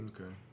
Okay